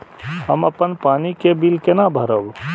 हम अपन पानी के बिल केना भरब?